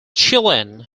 chilean